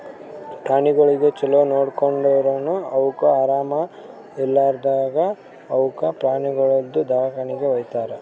ಪ್ರಾಣಿಗೊಳಿಗ್ ಛಲೋ ನೋಡ್ಕೊಂಡುರನು ಅವುಕ್ ಆರಾಮ ಇರ್ಲಾರ್ದಾಗ್ ಅವುಕ ಪ್ರಾಣಿಗೊಳ್ದು ದವಾಖಾನಿಗಿ ವೈತಾರ್